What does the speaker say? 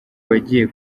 bagiye